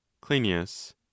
cleinias